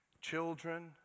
children